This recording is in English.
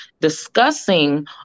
discussing